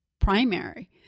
primary